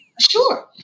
Sure